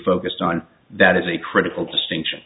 focused on that is a critical distinction